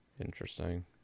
Interesting